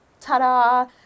ta-da